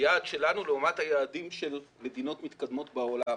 היעד שלנו לעומת היעדים של מדינות מתקדמות בעולם.